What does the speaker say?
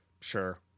Sure